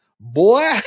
Boy